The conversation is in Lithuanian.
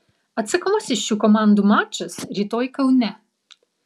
atsakomasis šių komandų mačas rytoj kaune